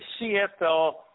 CFL